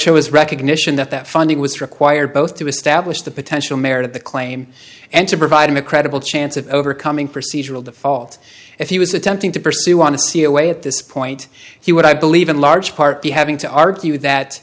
is recognition that that funding was required both to establish the potential merit of the claim and to provide him a credible chance of overcoming procedural default if he was attempting to pursue want to see a way at this point he would i believe in large part be having to argue that